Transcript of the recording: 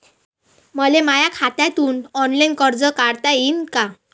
मले माया खात्यातून ऑनलाईन कर्ज काढता येईन का?